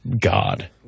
god